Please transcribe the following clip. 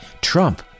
Trump